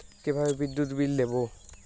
কিভাবে বিদ্যুৎ বিল দেবো?